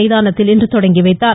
மைதானத்தில் இன்று தொடங்கி வைத்தார்